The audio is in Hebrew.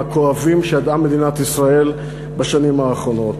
הכואבים שידעה מדינת ישראל בשנים האחרונות.